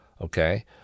Okay